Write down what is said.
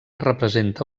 representa